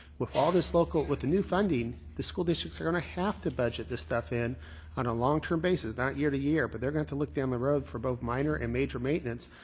with all this local with the new funding, the school districts are going to have to budget this stuff in on a long-term basis. not year to year, but they're going to have to look down the road for both minor and major maintenance.